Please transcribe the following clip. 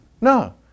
No